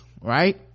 right